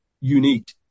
unique